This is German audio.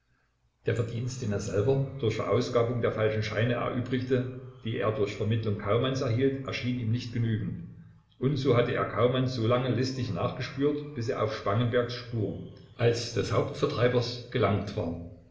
der verdienst den er selber durch verausgabung der falschen scheine erübrigte die er durch vermittlung kaumanns erhielt erschien ihm nicht genügend und so hatte er kaumann so lange listig nachgespürt bis er auf spangenbergs spur als des haupt vertreibers gelangt war